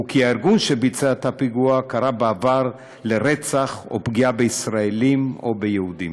ושהארגון שביצע את הפיגוע קרא בעבר לרצח או פגיעה בישראלים או ביהודים.